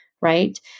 right